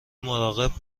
مراقب